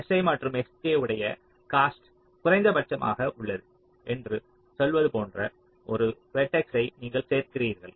si மற்றும் sj உடைய cost குறைந்தபட்சமாக உள்ளது என்று சொல்வது போன்ற ஒரு வெர்டக்ஸ் ஐ நீங்கள் சேர்க்கிறீர்கள்